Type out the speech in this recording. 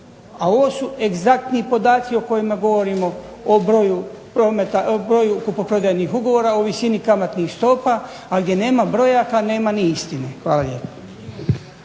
a ovo su egzaktni podaci o kojima govorimo, o broju kupoprodajnih ugovora, o visini kamatnih stopa, a gdje nema brojaka nema ni istine. Hvala lijepo.